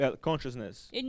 consciousness